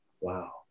Wow